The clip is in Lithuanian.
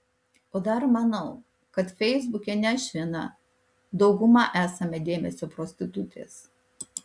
o dar manau kad feisbuke ne aš viena dauguma esame dėmesio prostitutės